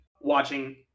watching